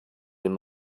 den